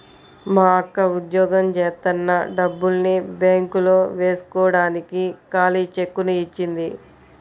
మా అక్క ఉద్యోగం జేత్తన్న డబ్బుల్ని బ్యేంకులో వేస్కోడానికి ఖాళీ చెక్కుని ఇచ్చింది